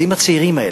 ואם הצעירים האלה,